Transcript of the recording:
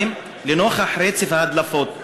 2. לנוכח רצף ההדלפות,